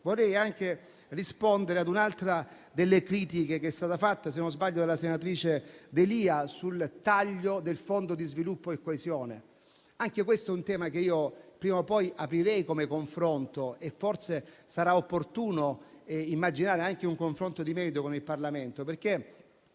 vorrei rispondere ad un'altra delle critiche, che è stata fatta se non sbaglio dalla senatrice D'Elia, sul taglio del Fondo di sviluppo e coesione. Anche questo è un tema che io prima o poi aprirei come confronto; forse sarà opportuno immaginare un confronto di merito con il Parlamento.